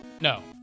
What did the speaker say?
No